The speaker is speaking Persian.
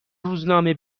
روزنامه